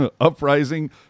uprising